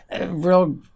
real